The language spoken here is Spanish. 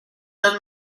los